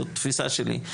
זו תפיסה שלי,